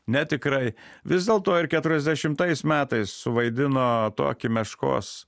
netikrai vis dėlto ir keturiasdešimtais metais suvaidina tokią meškos